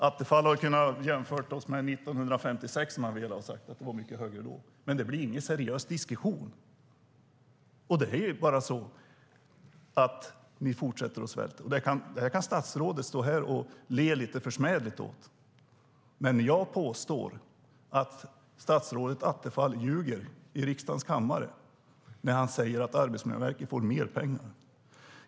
Attefall hade kunnat jämföra med 1956 om han hade velat och säga att den var mycket högre då. Men det blir ingen seriös diskussion. Ni fortsätter att svälta ut. Statsrådet kan stå här och le lite försmädligt, men jag påstår att statsrådet Attefall ljuger i riksdagens kammare när han säger att Arbetsmiljöverket får mer pengar.